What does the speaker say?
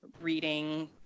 reading